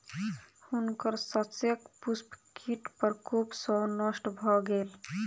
हुनकर शस्यक पुष्प कीट प्रकोप सॅ नष्ट भ गेल